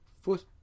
foot